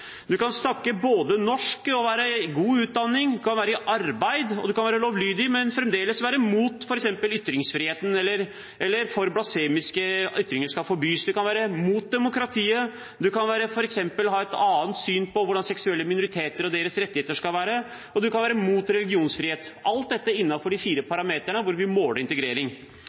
arbeid, og en kan være lovlydig, men fremdeles være mot f.eks. ytringsfrihet eller for at blasfemiske ytringer skal forbys, en kan være mot demokratiet, en kan f.eks. ha et annet syn på hvordan seksuelle minoriteter og deres rettigheter skal være, og en kan være mot religionsfrihet. Alt dette er innenfor de fire parameterne som vi måler integrering